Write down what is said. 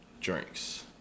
drinks